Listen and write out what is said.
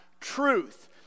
truth